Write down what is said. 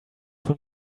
for